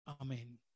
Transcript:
Amen